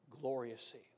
gloriously